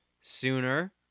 sooner